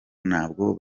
ntabwo